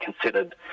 considered